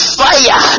fire